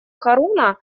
харуна